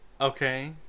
okay